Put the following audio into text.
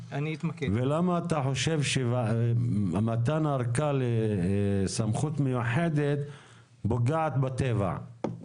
ותגיד למה אתה חושב שמתן הארכה לסמכות מיוחדת פוגעת בטבע.